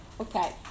Okay